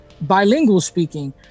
bilingual-speaking